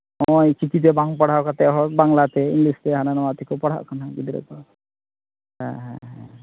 ᱱᱚᱜᱼᱚᱭ ᱪᱤᱠᱤᱛᱮ ᱵᱟᱝ ᱯᱟᱲᱦᱟᱣ ᱠᱟᱛᱮ ᱦᱚᱸ ᱵᱟᱝᱞᱟᱛᱮ ᱤᱝᱞᱤᱥᱛᱮ ᱦᱟᱱᱟ ᱱᱟᱣᱟ ᱛᱮᱠᱚ ᱯᱟᱲᱦᱟᱜ ᱠᱟᱱᱟ ᱜᱤᱫᱽᱨᱟᱹ ᱠᱚ ᱦᱮᱸ ᱦᱮᱸ ᱦᱮᱸ ᱦᱮᱸ ᱦᱮᱸ